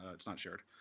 ah it's not shared.